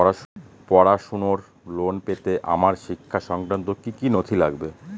পড়াশুনোর লোন পেতে আমার শিক্ষা সংক্রান্ত কি কি নথি লাগবে?